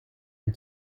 and